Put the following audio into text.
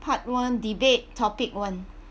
part one debate topic one